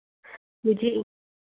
मुझे एक